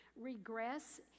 regress